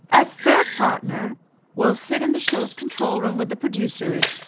a third partner will sit in the show's control room with the producers.